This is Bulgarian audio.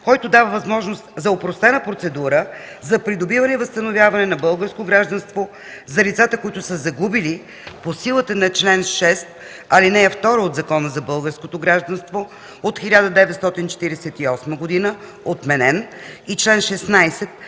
който дава възможност за опростена процедура за придобиване и възстановяване на българско гражданство за лицата, които са го загубили по силата на чл. 6, ал. 2 от Закона за българското гражданство от 1948 г. – отменен, и чл. 16,